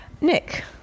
Nick